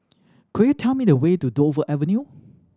could you tell me the way to Dover Avenue